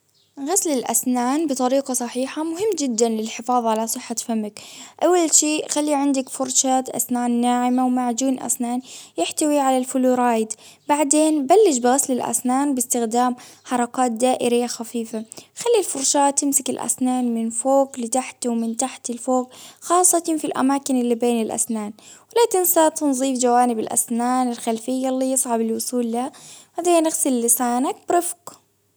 غسل الأسنان بطريقة صحيحة مهم جدا للحفاظ على صحة فمك، أول شي خلي عندك فرشاة أسنان ناعمة، ومعجون أسنان يحتوي على الفلورايد، بعدين بلش بغسل للأسنان بإستخدام حركات دائرية خفيفة، خلي الفرشاة تمسك الأسنان من فوق لتحت ومن تحت لفوق ،خاصة في الأماكن اللي بين الأسنان، لا تنسى تنظيف جوانب الأسنان الخلفية اللي يصعب الوصول لها، بعدين إغسل لسانك برفق.